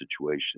situation